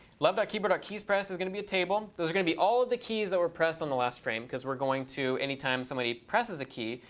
love keyboard keyspressed is going to be a table. there's going to be all of the keys that were pressed on the last frame, because we're going to, anytime somebody presses a key,